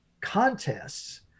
contests